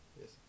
Yes